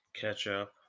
ketchup